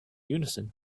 unison